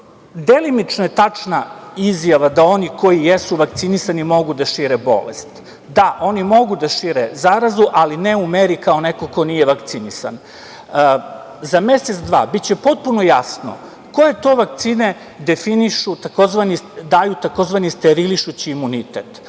strahuju. Delimično je tačna izjava da oni koji jesu vakcinisani mogu da šire bolest. Da, oni mogu da šire zarazu, ali ne u meri kao neko ko nije vakcinisan.Za mesec, dva biće potpuno jasno koje to vakcine daju, takozvani sterilišući imunitet,